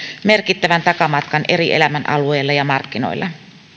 merkittävän takamatkan eri elämänalueilla ja markkinoilla